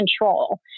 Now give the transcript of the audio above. control